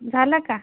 झालं का